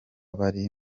bari